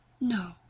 No